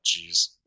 jeez